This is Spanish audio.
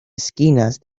esquinas